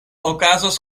okazos